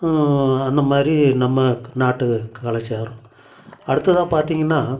அந்தமாதிரி நம்ம நாட்டு கலாச்சாரம் அடுத்ததா பார்த்திங்கன்னா